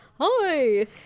hi